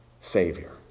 Savior